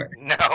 No